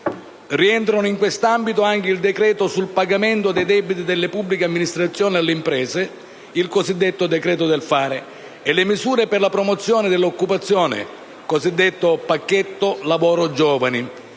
Rientrano in quest'ambito anche il decreto sul pagamento dei debiti delle pubbliche amministrazioni alle imprese, il cosiddetto decreto del fare, e le misure per la promozione dell'occupazione (cosiddetto pacchetto lavoro giovani),